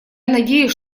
надеюсь